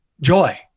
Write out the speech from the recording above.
joy